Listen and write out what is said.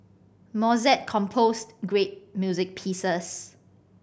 Mozart composed great music pieces